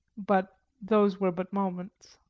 but those were but moments.